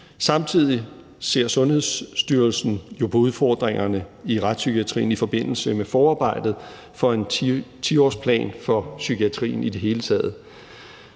Samtidig ser Sundhedsstyrelsen jo på udfordringerne i retspsykiatrien i forbindelse med forarbejdet til en 10-årsplan for psykiatrien i det hele taget.